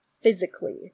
physically